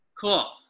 Cool